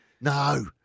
No